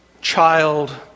child